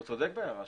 הוא צודק בהערה שלו.